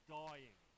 dying